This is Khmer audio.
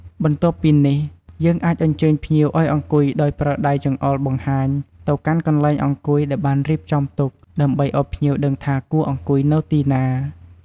បន្ទាប់ពីនេះ យើងអាចអញ្ជើញភ្ញៀវឲ្យអង្គុយដោយប្រើដៃចង្អុលបង្ហាញទៅកាន់កន្លែងអង្គុយដែលបានរៀបចំទុក ដើម្បីឲ្យភ្ញៀវដឹងថាគួរអង្គុយនៅទីណា។